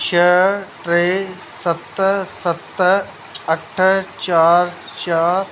छह टे सत सत अठ चारि चारि